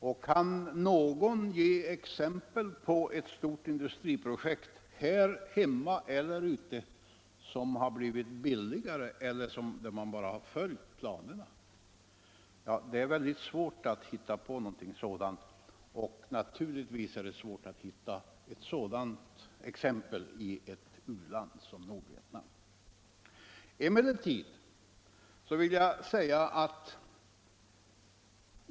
Och kan någon ge exempel på ett stort industriprojekt, här hemma eller utomlands, som har blivit billigare än planerat eller där man har följt planerna? Ja, det är svårt att finna exempel på något sådant projekt, och naturligtvis är detta särskilt svårt i ett u-land som Nordvietnam.